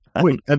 Wait